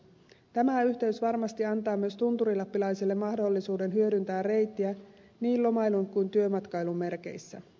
tämä yhteys varmasti antaa myös tunturilappilaisille mahdollisuuden hyödyntää reittiä niin lomailun kuin työmatkailun merkeissä